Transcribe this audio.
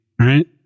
right